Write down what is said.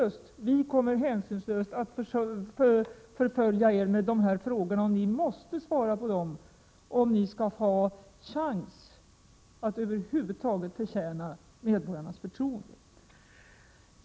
Vi kommer hänsynslöst att förfölja er med dessa frågor; och ni måste svara på dem om ni skall ha chans att över huvud taget förtjäna medborgarnas förtroende.